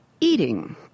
Eating